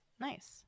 Nice